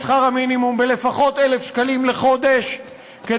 שכר המינימום ב-1,000 שקלים לחודש לפחות,